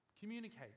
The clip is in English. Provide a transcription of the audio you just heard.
Communicate